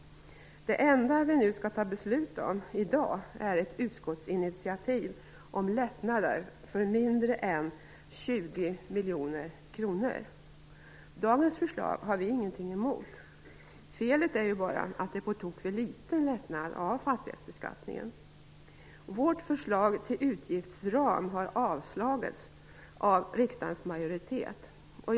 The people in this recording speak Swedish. Det enda som vi skall fatta beslut om i dag är ett utskottsinitiativ om lättnader motsvarande mindre än 20 miljoner kronor. Vi har ingenting emot dagens förslag. Felet är bara att det innebär en på tok för liten lättnad av fastighetsskatten. Vårt förslag till utgiftsram har avslagits av riksdagsmajoriteten.